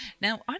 Now